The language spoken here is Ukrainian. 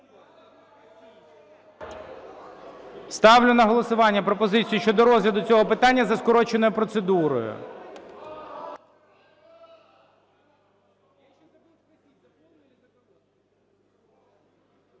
Ставлю на голосування пропозицію щодо розгляду цього питання за скороченою процедурою.